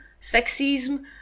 sexism